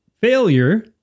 failure